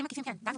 כן, דנו